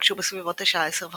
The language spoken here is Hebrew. התנגשו בסביבות השעה 1030,